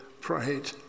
prayed